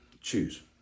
Choose